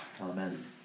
Amen